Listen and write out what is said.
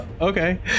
Okay